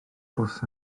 bws